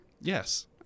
Yes